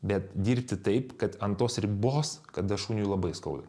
bet dirbti taip kad ant tos ribos kada šuniui labai skauda